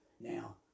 Now